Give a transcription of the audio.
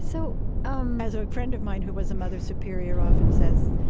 so um as a friend of mine who was a mother superior often says,